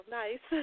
nice